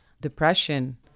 depression